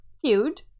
Feud